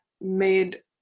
made